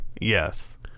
yes